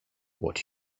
what